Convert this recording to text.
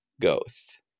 ghost